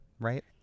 right